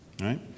right